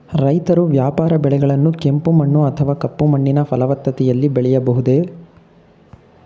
ರೈತರು ವ್ಯಾಪಾರ ಬೆಳೆಗಳನ್ನು ಕೆಂಪು ಮಣ್ಣು ಅಥವಾ ಕಪ್ಪು ಮಣ್ಣಿನ ಫಲವತ್ತತೆಯಲ್ಲಿ ಬೆಳೆಯಬಹುದೇ?